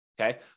okay